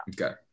Okay